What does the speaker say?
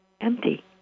empty